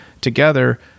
together